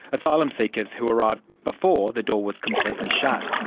asylum seekers who arrived before the door was completely shut.